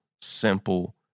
simple